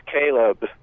Caleb